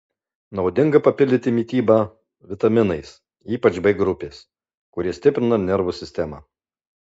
naudinga papildyti mitybą vitaminais ypač b grupės kurie stiprina nervų sistemą